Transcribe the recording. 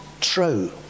true